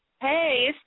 Hey